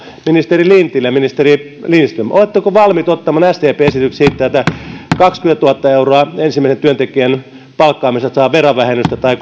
ministeri lintilä ja ministeri lindström oletteko valmiit ottamaan sdpn esityksen siitä että kaksikymmentätuhatta euroa ensimmäisen työntekijän palkkaamisesta saa verovähennystä tai